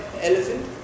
elephant